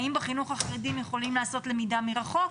האם בחינוך החרדי הם יכולים לעשות למידה מרחוק?